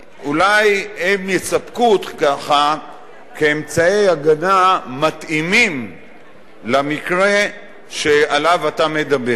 אולי הם יספקו לך אמצעי הגנה מתאימים למקרה שעליו אתה מדבר.